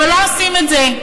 אבל לא עושים את זה.